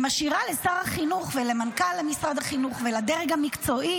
היא משאירה לשר החינוך ולמנכ"ל משרד החינוך ולדרג המקצועי